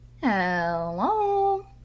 Hello